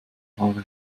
haare